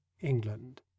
England